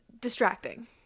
distracting